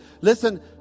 Listen